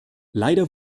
leider